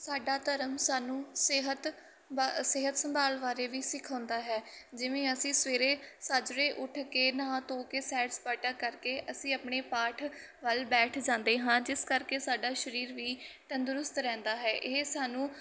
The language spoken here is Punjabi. ਸਾਡਾ ਧਰਮ ਸਾਨੂੰ ਸਿਹਤ ਬਾ ਸਿਹਤ ਸੰਭਾਲ ਬਾਰੇ ਵੀ ਸਿਖਾਉਂਦਾ ਹੈ ਜਿਵੇਂ ਅਸੀਂ ਸਵੇਰੇ ਸਾਜਰੇ ਉੱਠ ਕੇ ਨਹਾ ਧੋ ਕੇ ਸੈਰ ਸਪਾਟਾ ਕਰਕੇ ਅਸੀਂ ਆਪਣੇ ਪਾਠ ਵੱਲ ਬੈਠ ਜਾਂਦੇ ਹਾਂ ਜਿਸ ਕਰਕੇ ਸਾਡਾ ਸਰੀਰ ਵੀ ਤੰਦਰੁਸਤ ਰਹਿੰਦਾ ਹੈ ਇਹ ਸਾਨੂੰ